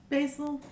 Basil